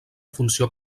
funció